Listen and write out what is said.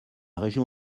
région